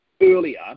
earlier